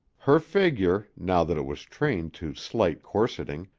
her figure, now that it was trained to slight corseting,